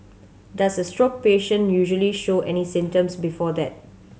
does a stroke patient usually show any symptoms before that